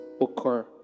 occur